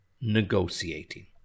Negotiating